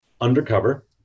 undercover